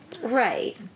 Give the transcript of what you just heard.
Right